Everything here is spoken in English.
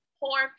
poor